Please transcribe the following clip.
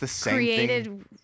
created